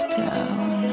town